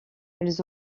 elles